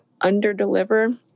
under-deliver